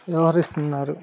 వ్యవహరిస్తున్నారు